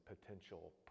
potential